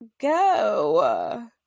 go